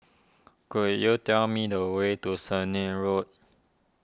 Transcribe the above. could you tell me the way to Sennett Road